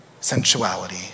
sensuality